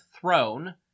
throne